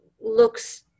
looks